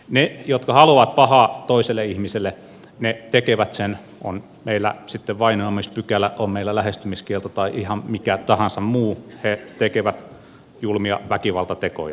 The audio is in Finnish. ne jotka haluavat pahaa toiselle ihmiselle ne tekevät sen on meillä sitten vainoamispykälä on meillä lähestymiskielto tai ihan mikä tahansa muu he tekevät julmia väkivaltatekoja